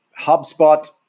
HubSpot